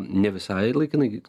ne visai laikinai